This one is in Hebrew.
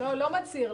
לא מצהיר.